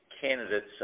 candidates